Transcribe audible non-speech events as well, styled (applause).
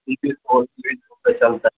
(unintelligible) چلتا ہے